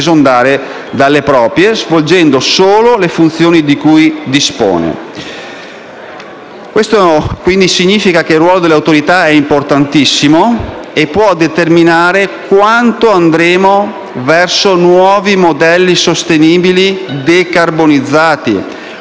Questo significa che il ruolo dell'Autorità è importantissimo e può determinare quanto andremo verso nuovi modelli sostenibili decarbonizzati,